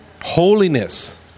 Holiness